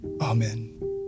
Amen